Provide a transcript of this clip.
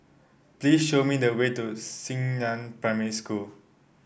please show me the way to Xingnan Primary School